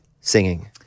singing